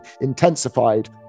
intensified